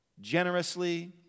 Generously